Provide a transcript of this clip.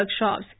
workshops